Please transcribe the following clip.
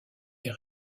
est